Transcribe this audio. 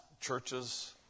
churches